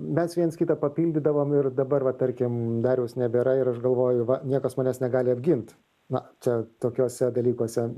mes viens kitą papildydavom ir dabar va tarkim dariaus nebėra ir aš galvoju va niekas manęs negali apgint na čia tokiuose dalykuose